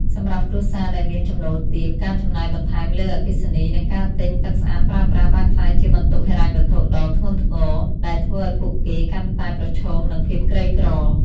សម្រាប់គ្រួសារដែលមានចំណូលទាប ការចំណាយបន្ថែមលើអគ្គិសនី និងការទិញទឹកស្អាតប្រើប្រាស់បានក្លាយជាបន្ទុកហិរញ្ញវត្ថុដ៏ធ្ងន់ធ្ងរ ដែលធ្វើឱ្យពួកគេកាន់តែប្រឈមនឹងភាពក្រីក្រ។